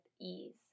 ease